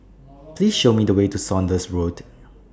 Please Show Me The Way to Saunders Road